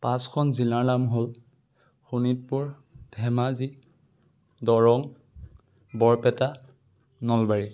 পাঁচখন জিলাৰ নাম হ'ল শোণিতপু ৰ ধেমাজি দৰং বৰপেটা নলবাৰী